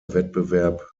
wettbewerb